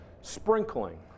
sprinkling